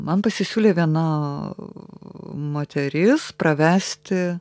man pasisiūlė viena moteris pravesti